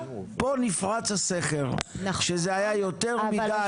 פה נפרץ הסכר שזה היה יותר מדיי.